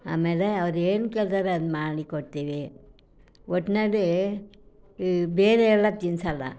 ಆಮೇಲೆ ಅವ್ರೇನು ಕೇಳ್ತಾರೆ ಅದನ್ನು ಮಾಡಿ ಕೊಡ್ತೀವಿ ಒಟ್ಟಿನಲ್ಲಿ ಈ ಬೇರೆಯೆಲ್ಲ ತಿನ್ಸೋಲ್ಲ